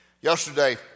Yesterday